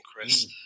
Chris